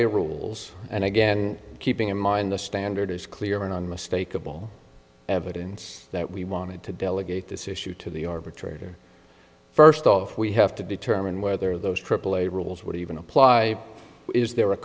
a rules and again keeping in mind the standard is clear and unmistakable evidence that we wanted to delegate this issue to the arbitrator first off we have to determine whether those aaa rules would even apply is there a